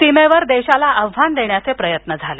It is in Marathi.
सीमेवर देशाला आव्हान देण्याचे प्रयत्न झाले